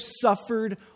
suffered